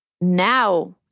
Now